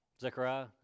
Zechariah